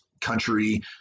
country